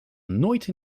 nooit